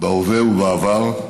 בהווה ובעבר,